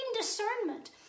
discernment